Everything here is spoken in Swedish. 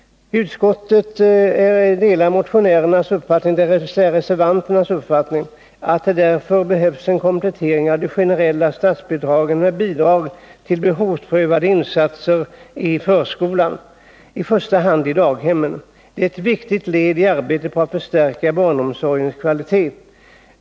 Utskottet delar motionärernas — dvs. reservanternas — uppfattning att det därför behövs en komplettering av de generella statsbidragen med bidrag till behovsorienterade insatser i förskolan, i första hand i daghemmen. Detta är ett viktigt led i arbetet på att förstärka barnomsorgens kvalitet.